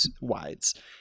wides